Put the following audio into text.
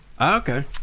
Okay